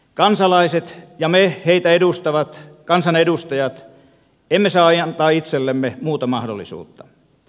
kansalaiset ja me heitä edustavat kansanedustajat emme saa antaa itsellemme muuta mahdollisuutta